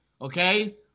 Okay